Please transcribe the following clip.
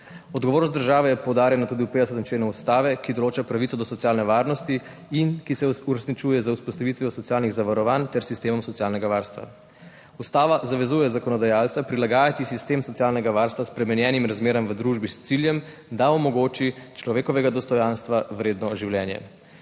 Odgovornost države je poudarjena tudi v 50. členu Ustave, ki določa pravico do socialne varnosti in ki se uresničuje z vzpostavitvijo socialnih zavarovanj ter s sistemom socialnega varstva. Ustava zavezuje zakonodajalca prilagajati sistem socialnega varstva spremenjenim razmeram v družbi, s ciljem, da omogoči človekovega dostojanstva vredno življenje.